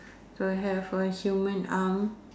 to have a human arm